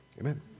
Amen